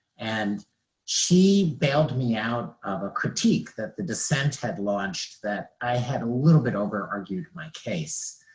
and she bailed me out of a critique that the dissent had launched that i had a little bit over-argued my case.